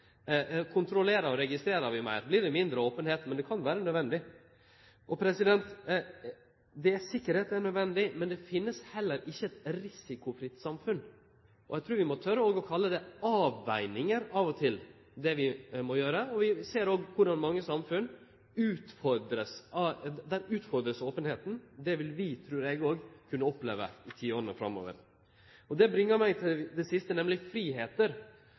og registrerer vi meir, vert det mindre openheit. Men det kan vere nødvendig. Tryggleik er nødvendig, mens det finst heller ikkje eit risikofritt samfunn. Eg trur vi òg må tore å kalle det avvegingar, det vi av og til må gjere. Vi ser òg at i mange samfunn vert openheita utfordra. Det trur eg òg vi vil kunne oppleve i tiåra framover. Det bringar meg til det siste, nemleg